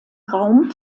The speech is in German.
raum